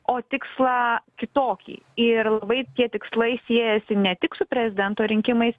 o tikslą kitokį ir labai tie tikslai siejasi ne tik su prezidento rinkimais